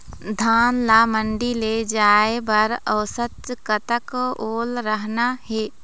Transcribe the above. धान ला मंडी ले जाय बर औसत कतक ओल रहना हे?